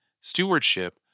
stewardship